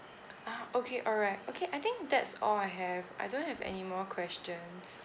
ah okay alright okay I think that's all I have I don't have anymore questions